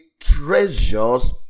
treasures